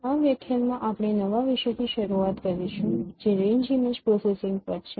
આ વ્યાખ્યાનમાં આપણે નવા વિષય થી શરૂઆત કરીશું જે રેન્જ ઇમેજ પ્રોસેસિંગ પર છે